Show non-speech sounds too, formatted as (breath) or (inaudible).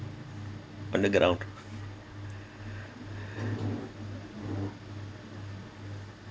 on the ground (breath)